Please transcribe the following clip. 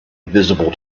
visible